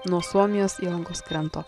nuo suomijos įlankos kranto